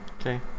Okay